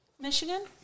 Michigan